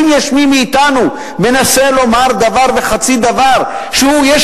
ואם יש מי מאתנו שמנסה לומר דבר וחצי דבר שיש